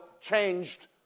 changed